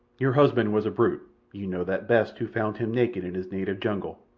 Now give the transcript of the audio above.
your husband was a brute you know that best who found him naked in his native jungle,